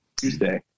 Tuesday